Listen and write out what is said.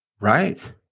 Right